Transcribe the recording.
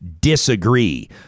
disagree